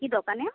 কী দোকানে